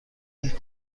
هیچ